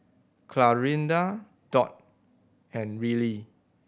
Clarinda Dot and Rillie